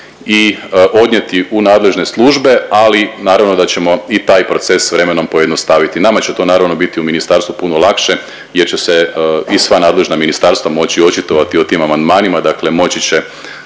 i odnijeti u nadležne službe, ali naravno da ćemo i taj proces s vremenom pojednostaviti. Nama će to naravno biti u ministarstvu biti puno lakše jer će se i sva nadležna ministarstva moći očitovati o tim amandmanima dakle moći će